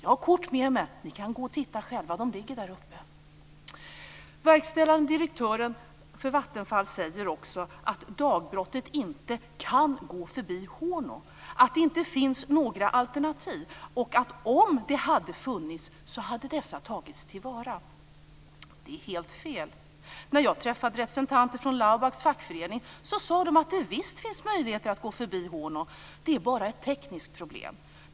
Jag har foton med mig, så att ni kan själva få se. Vattenfalls verkställande direktör säger också att dagbrottet inte kan gå förbi Horno, att det inte finns någon alternativ och att om det hade funnits det hade dessa tagits till vara. Det är helt fel. När jag träffade representanter för Laubags fackförening sade de att det visst finns möjligheter att gå förbi Horno, det är bara ett tekniskt problem.